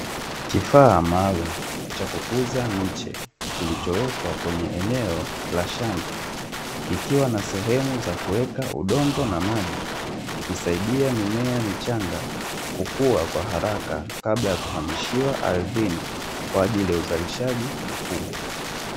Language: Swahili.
Kifaa maalum cha kukuza miche kilichowekwa kwenye eneo la shamba, kikiwa na sehemu ya kuweka udongo na maji, kikisaidia mimea michanga kukua kwa haraka, kabla ya kuhamishiwa ardhini kwa ajili ya uzalishaji mkubwa.